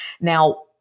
Now